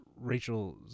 Rachel